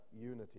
unity